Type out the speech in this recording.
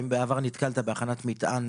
האם בעבר נתקלת בהכנת מטען